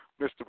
Mr